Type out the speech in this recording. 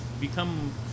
become